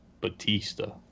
Batista